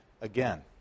again